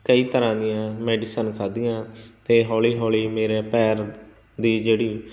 ਕਈ ਤਰ੍ਹਾਂ ਦੀਆਂ ਮੈਡੀਸਨ ਖਾਧੀਆਂ ਅਤੇ ਹੌਲੀ ਹੌਲੀ ਮੇਰੇ ਪੈਰ ਦੀ ਜਿਹੜੀ